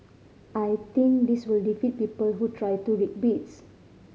I think this will defeat people who try to rig bids